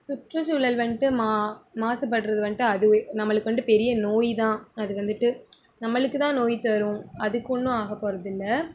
சுற்றுசூழல் வந்துட்டு மா மாசுப்படுறது வந்துட்டு அதுவே நம்மளுக்கு வந்துட்டு பெரிய நோய் தான் அது வந்துட்டு நம்மளுக்கு தான் நோய் தரும் அதுக்கு ஒன்றும் ஆகப்போகிறதில்ல